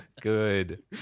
Good